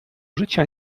życia